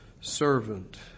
servant